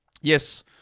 Yes